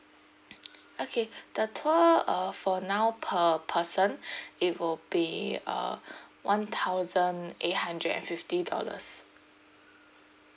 okay the tour uh for now per person it will be uh one thousand eight hundred and fifty dollars